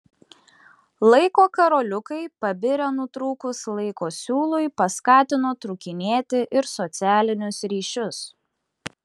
laiko karoliukai pabirę nutrūkus laiko siūlui paskatino trūkinėti ir socialinius ryšius